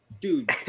Dude